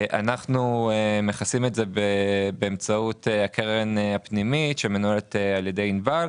אנחנו מכסים באמצעות הקרן הפנימית שמנוהלת על ידי ענבל.